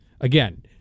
again